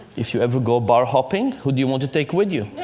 if you ever go bar-hopping, who do you want to take with you?